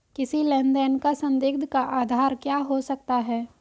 किसी लेन देन का संदिग्ध का आधार क्या हो सकता है?